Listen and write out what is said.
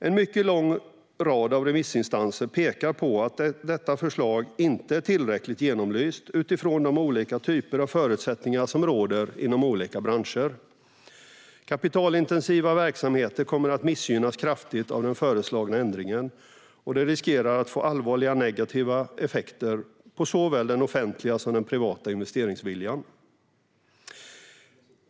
En mycket lång rad av remissinstanser pekar på att detta förslag inte är tillräckligt genomlyst utifrån de olika typer av förutsättningar som råder inom olika branscher. Kapitalintensiva verksamheter kommer att missgynnas kraftigt av den föreslagna ändringen, och det riskerar att få allvarliga negativa effekter på såväl den offentliga som den privata investeringsviljan.